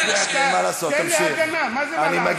תקשיבו חברים מה יש בהצעה שהיא קיימת, קיימת.